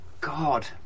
God